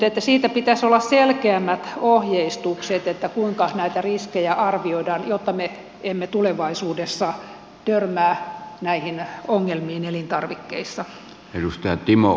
mutta siitä pitäisi olla selkeämmät ohjeistukset kuinka näitä riskejä arvioidaan jotta me emme tulevaisuudessa törmää näihin ongelmiin elintarvikkeissa